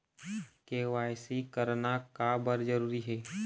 KYC करना का बर जरूरी हे?